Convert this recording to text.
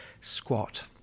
squat